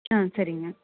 ஆ சரிங்க